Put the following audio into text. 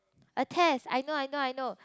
a test I know I know I know